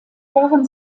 waren